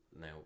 Now